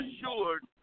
assured